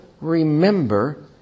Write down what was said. remember